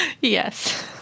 Yes